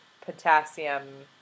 potassium